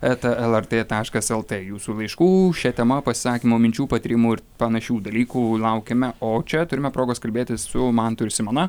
eta lrt taškas lt jūsų laiškų šia tema pasisakymų minčių patyrimų ir panašių dalykų laukiame o čia turime progos kalbėtis su mantu ir simona